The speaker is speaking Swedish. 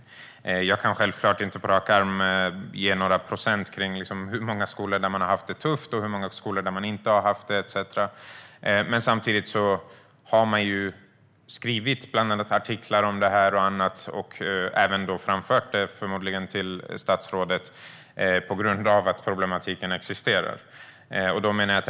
Jag kan självklart inte på rak arm nämna några procentsatser när det gäller antalet skolor där man har haft det tufft och antalet skolor där man inte har haft det, men man har förmodligen skrivit artiklar och annat om detta och även framfört det till statsrådet på grund av att problematiken existerar.